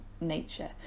nature